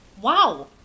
Wow